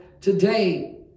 today